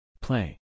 Play